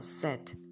set